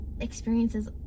experiences